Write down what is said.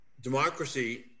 democracy